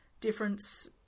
Difference